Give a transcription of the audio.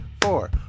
four